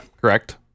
Correct